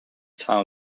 town